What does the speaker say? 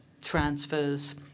transfers